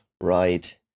Right